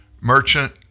Merchant